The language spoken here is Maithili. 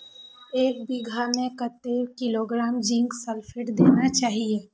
एक बिघा में कतेक किलोग्राम जिंक सल्फेट देना चाही?